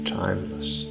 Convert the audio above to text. timeless